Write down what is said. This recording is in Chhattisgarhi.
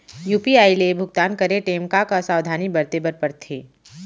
यू.पी.आई ले भुगतान करे टेम का का सावधानी बरते बर परथे